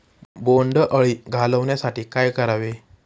बोंडअळी घालवण्यासाठी काय करावे?